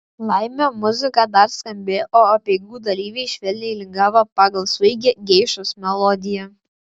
laimė muzika dar skambėjo o apeigų dalyviai švelniai lingavo pagal svaigią geišos melodiją